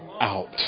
out